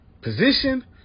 position